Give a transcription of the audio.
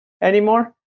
anymore